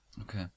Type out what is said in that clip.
Okay